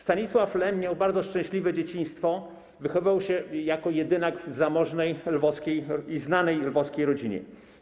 Stanisław Lem miał bardzo szczęśliwe dzieciństwo - wychowywał się jako jedynak w zamożnej i znanej lwowskiej rodzinie.